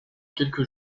quelques